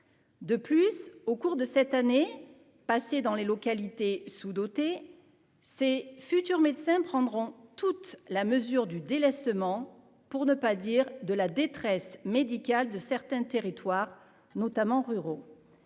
de plus au cours de cette année passée dans les localités sous-dotées ses futurs médecins prendront toute la mesure du délaissement pour ne pas dire de la détresse médicale de certains territoires, notamment ruraux,